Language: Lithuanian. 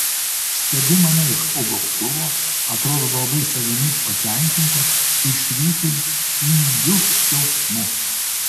stebi mane iš po gobtuvo atrodo labai savimi patenkintas ir švyti tingiu džiaugsmu